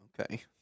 Okay